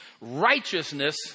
righteousness